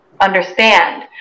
understand